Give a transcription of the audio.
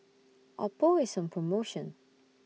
Oppo IS on promotion